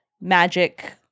magic